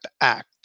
Act